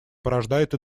порождает